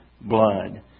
blood